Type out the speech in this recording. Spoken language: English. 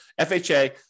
FHA